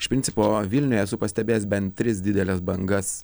iš principo vilniuje esu pastebėjęs bent tris dideles bangas